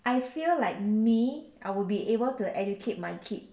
I feel like me I will be able to educate my kid